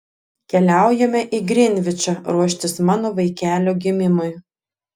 keliaujame į grinvičą ruoštis mano vaikelio gimimui